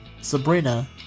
Sabrina